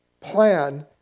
plan